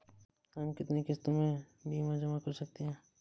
हम कितनी किश्तों में बीमा जमा कर सकते हैं?